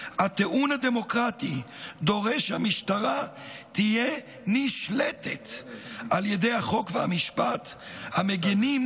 "'הטיעון הדמוקרטי דורש שהמשטרה תהיה נשלטת על ידי החוק והמשפט המגינים